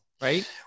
Right